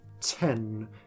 ten